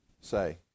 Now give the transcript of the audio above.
say